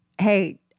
hey